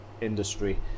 industry